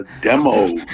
demo